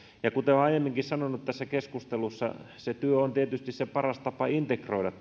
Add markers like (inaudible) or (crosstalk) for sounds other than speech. ja kuten olen aiemminkin sanonut tässä keskustelussa se työ on tietysti se paras tapa integroida (unintelligible)